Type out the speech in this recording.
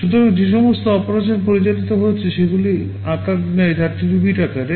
সুতরাং যে সমস্ত অপারেশন পরিচালিত হচ্ছে সেগুলি 32 bit আকারের